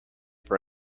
for